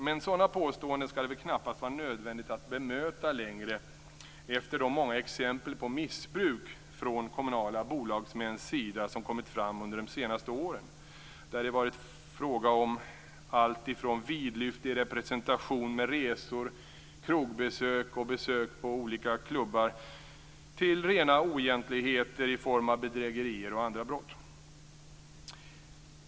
Men sådana påståenden skall det väl knappast vara nödvändigt att bemöta längre efter de många exempel på missbruk från kommunala bolagsmäns sida som kommit fram under de senaste åren, då det varit fråga om allt från vidlyftig representation med resor, krogbesök och besök på olika klubbar till rena oegentligheter i form av bedrägerier och andra brott.